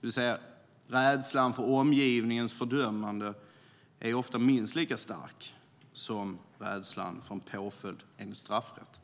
det vill säga att rädslan för omgivningens fördömande är ofta minst lika stark som rädslan för en påföljd enligt straffrätten.